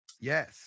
Yes